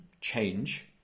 change